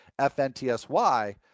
FNTSY